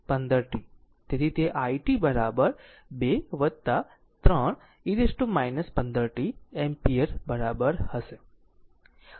તેથી તે i t 2 3 e t 15 t ampere બરાબર હશે